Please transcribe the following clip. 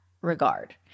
regard